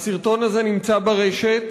והסרטון הזה נמצא ברשת.